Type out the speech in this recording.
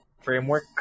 framework